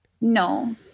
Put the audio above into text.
No